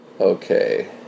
okay